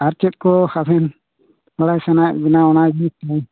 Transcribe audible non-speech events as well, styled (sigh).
ᱟᱨ ᱪᱮᱫ ᱠᱚ ᱟᱵᱤᱱ ᱵᱟᱲᱟᱭ ᱥᱟᱱᱟᱭᱮᱫ ᱵᱮᱱᱟ ᱚᱱᱟ (unintelligible)